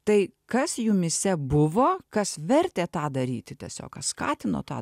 tai kas jumyse buvo kas vertė tą daryti tiesiog kas skatino tą